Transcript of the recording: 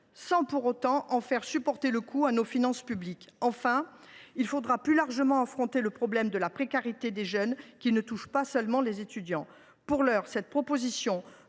sans pour autant en faire supporter le coût à nos finances publiques. Enfin, il faudra, plus largement, affronter le problème de la précarité des jeunes, qui ne touche pas seulement les étudiants. Pour l’heure, cette proposition